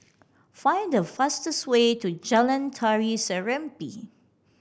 find the fastest way to Jalan Tari Serimpi